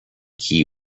key